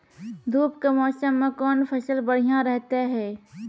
धूप के मौसम मे कौन फसल बढ़िया रहतै हैं?